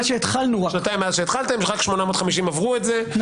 שנתיים מאז שהתחלתם, רק 850 עברו את זה,